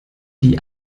die